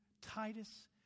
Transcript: Titus